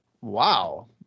wow